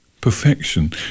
Perfection